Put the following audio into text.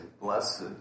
Blessed